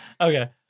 Okay